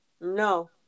No